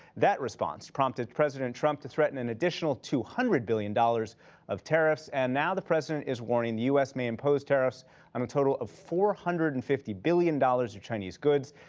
that response prompted president trump to threaten an additional two hundred billion dollars of tariffs. and now the president is warning the u s. may impose tariffs on a total of four hundred and fifty billion dollars of chinese goods.